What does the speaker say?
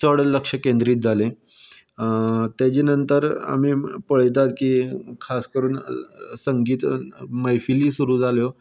चड लक्ष केंद्रीत जालें तेजे नंतर आमी पळयतात की खास करून संगीत मैफिली सुरू जाल्यो